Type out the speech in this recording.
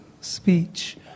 speech